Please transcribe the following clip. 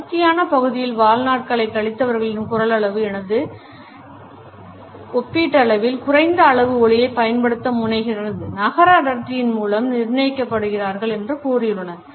அடர்தியான பகுதியில் வாழ்நாட்களை கழித்தவர்களின் குரலளவு எனது ஒப்பீட்டளவில் குறைந்த அளவு ஒலியை பயன்படுத்த முனைகின்ற நகர அடர்த்தியின் மூலம் நிர்ணயிக்கப்படுகிறார்கள் என்று கூறியுள்ளனர்